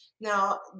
now